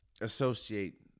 associate